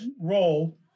role